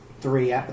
three